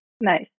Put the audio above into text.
Nice